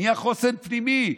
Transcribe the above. נהיה חוסן פנימי.